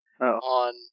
On